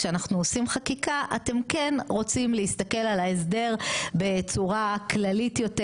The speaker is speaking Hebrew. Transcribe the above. כשאנחנו עושים חקיקה אתם כן רוצים להסתכל על ההסדר בצורה כללית יותר,